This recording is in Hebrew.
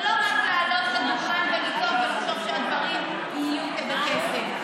זה לא רק לעלות לדוכן ולצעוק ולחשוב שהדברים יהיו כבקסם.